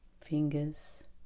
fingers